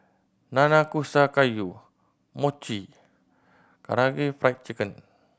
Nanakusa Gayu Mochi Karaage Fried Chicken